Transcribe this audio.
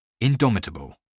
Indomitable